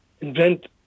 invent